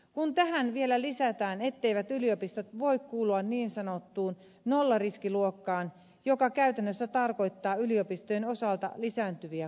kun tähän vielä lisätään etteivät yliopistot voi kuulua niin sanottuun nollariskiluokkaan joka käytännössä tarkoittaa yliopistojen osalta lisääntyviä kuluja